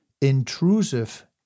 intrusive